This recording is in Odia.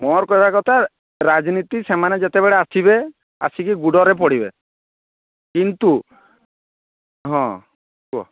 ମୋର କହିବା କଥା ରାଜନୀତି ସେମାନେ ଯେତେବେଳେ ଆସିବେ ଆସିକି ଗୁଡ଼ରେ ପଡ଼ିବେ କିନ୍ତୁ ହଁ କୁହ